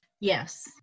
yes